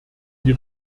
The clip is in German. die